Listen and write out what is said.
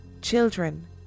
Children